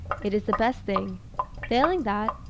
it is the best thing failing that,